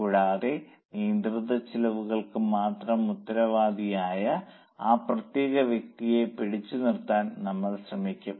കൂടാതെ നിയന്ത്രിത ചെലവുകൾക്ക് മാത്രം ഉത്തരവാദിയായ ആ പ്രത്യേക വ്യക്തിയെ പിടിച്ചുനിർത്താൻ നമ്മൾ ശ്രമിക്കും